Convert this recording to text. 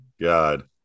God